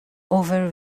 over